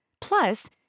Plus